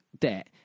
debt